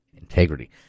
integrity